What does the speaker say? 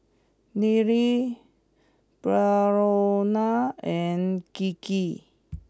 Nile Brionna and Gigi